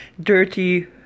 dirty